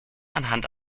anhand